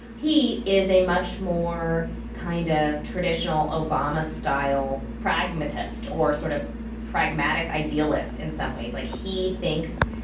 he is a much more kind of traditional obama style pragmatist or sort of pragmatic idealist in some ways, like he thinks.